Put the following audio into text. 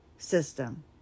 system